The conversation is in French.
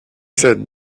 cette